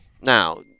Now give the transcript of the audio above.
Now